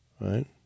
right